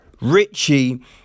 Richie